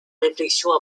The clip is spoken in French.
réflexion